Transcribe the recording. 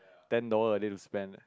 ten dollar a day to spend ah